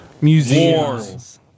Museums